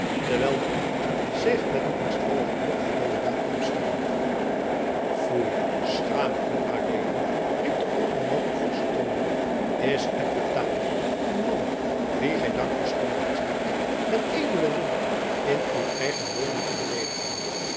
terwijl de abt zich met angstvalligen blik voor deodaat kwam stellen foei schaam u adeelen riep de olderman op forschen toon is het betamelijk een man wien gij dank verschuldigd zijt een edelen ridder in uw eigene woning te beleedigen